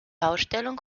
ausstellung